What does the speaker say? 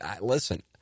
listen